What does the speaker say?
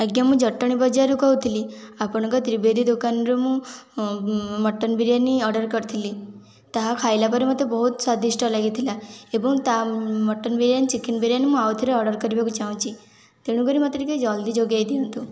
ଆଜ୍ଞା ମୁଁ ଜଟଣୀ ବଜାରରୁ କହୁଥିଲି ଆପଣଙ୍କର ତ୍ରିବେଦୀ ଦୋକାନରୁ ମୁଁ ମଟନ ବିରିୟାନୀ ଅର୍ଡ଼ର କରିଥିଲି ତାହା ଖାଇଲା ପରେ ମୋତେ ବହୁତ ସ୍ଵାଦିଷ୍ଟ ଲାଗିଥିଲା ଏବଂ ତା ମଟନ ବିରିୟାନୀ ଚିକେନ ବିରିୟାନୀ ମୁଁ ଆଉଥରେ ଅର୍ଡ଼ର କରିବାକୁ ଚାହୁଁଛି ତେଣୁ କରି ମୋତେ ଟିକିଏ ଜଲ୍ଦି ଯୋଗାଇ ଦିଅନ୍ତୁ